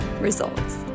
results